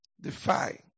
defy